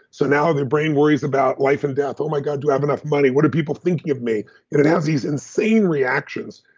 so now the brain worries about life and death, oh my god, do i have enough money? what are people thinking of me? and it has these insane reactions.